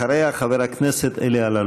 אחריה, חבר הכנסת אלי אלאלוף.